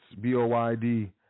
B-O-Y-D